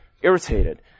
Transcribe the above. irritated